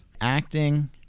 Acting